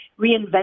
reinvent